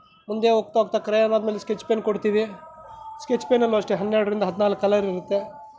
ಮುಂದೆ ಹೋಗ್ತಾ ಹೋಗ್ತಾ ಕ್ರೆಯಾನ್ ಆದಮೇಲೆ ಸ್ಕೆಚ್ ಪೆನ್ ಕೊಡ್ತೀವಿ ಸ್ಕೆಚ್ ಪೆನ್ನಲ್ಲೂ ಅಷ್ಟೇ ಹನ್ನೆರಡರಿಂದ ಹದಿನಾಲ್ಕು ಕಲರ್ ಇರುತ್ತೆ